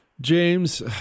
James